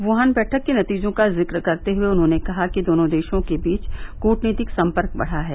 Wuhan बैठक के नतीजों का जिक्र करते हुए उन्होंने कहा कि दोनों देशों के बीच कूटनीतिक संपर्क बढ़ा है